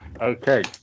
Okay